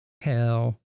hell